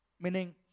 Meaning